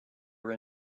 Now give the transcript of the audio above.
were